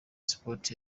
sports